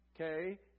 okay